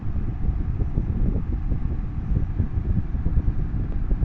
কি করে আন্তর্জাতিক লেনদেন করা সম্ভব?